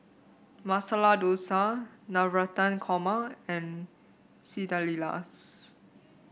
Masala Dosa Navratan Korma and Quesadillas